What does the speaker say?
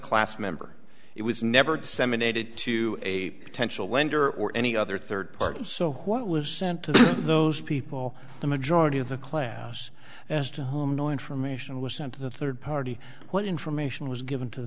class member it was never disseminated to a potential lender or any other third party so what was sent to those people the majority of the class as to noise from ation was sent to the third party what information was given to